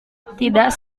tidak